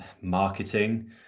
marketing